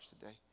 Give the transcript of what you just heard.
today